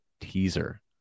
teaser